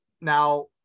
Now